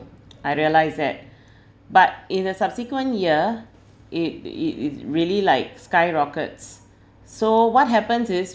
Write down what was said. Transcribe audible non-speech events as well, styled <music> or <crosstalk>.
I realise that <breath> but in a subsequent year it it is really like skyrockets so what happens is